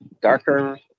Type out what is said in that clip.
darker